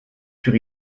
sur